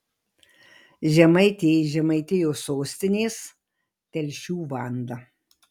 žemaitė iš žemaitijos sostinės telšių vanda